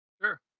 Sure